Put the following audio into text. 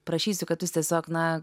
prašysiu kad jis tiesiog na